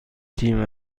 تیم